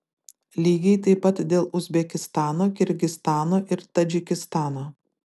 lygiai taip pat dėl uzbekistano kirgizstano ir tadžikistano